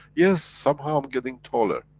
yes, somehow i'm getting taller.